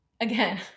again